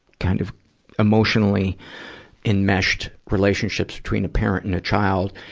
kind of emotionally enmeshed relationships between a parent and a child.